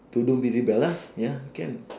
to don't be rebel lah ya can